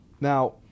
Now